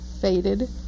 faded